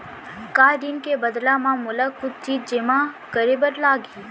का ऋण के बदला म मोला कुछ चीज जेमा करे बर लागही?